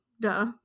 duh